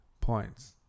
points